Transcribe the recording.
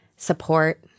Support